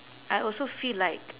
I also feel like